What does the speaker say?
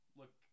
look